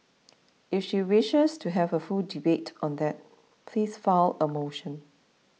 if she wishes to have a full debate on that please file a motion